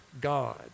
God